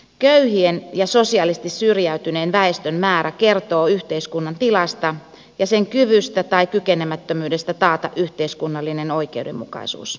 köyhien ja sosiaalisesti syrjäytyneen väestön määrä kertoo yhteiskunnan tilasta ja sen kyvystä tai kykenemättömyydestä taata yhteiskunnallinen oikeudenmukaisuus